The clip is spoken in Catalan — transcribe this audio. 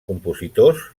compositors